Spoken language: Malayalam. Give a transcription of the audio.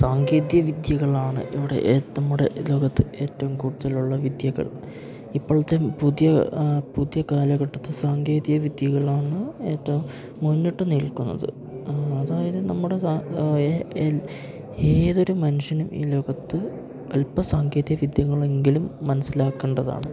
സാങ്കേതിക വിദ്യകളാണ് ഇവിടെ നമ്മുടെ ലോകത്ത് ഏറ്റവും കൂടുതലുള്ള വിദ്യകൾ ഇപ്പോഴത്തെ പുതിയ പുതിയ കാലഘട്ടത്തെ സാങ്കേതിക വിദ്യകളാണ് ഏറ്റവും മുന്നിട്ട് നിൽക്കുന്നത് അതായത് നമ്മുടെ ഏതൊരു മനുഷ്യനും ഈ ലോകത്ത് അല്പ സാങ്കേതിക വിദ്യകളെങ്കിലും മനസ്സിലാക്കേണ്ടതാണ്